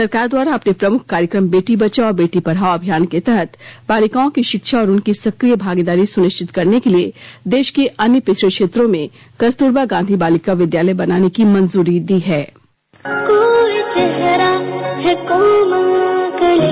सरकार द्वारा अपने प्रमुख कार्यक्रम बेटी बचाओ बेटी पढ़ाओ अभियान के तहत बालिकाओं की शिक्षा और उनकी सक्रिय भागीदारी सुनिश्चित करने के लिए देश के अन्य पिछड़े क्षेत्रों में कस्तूरबा गांधी बालिका विद्यालय बनाने की मंजूरी दी गई है